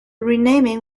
renaming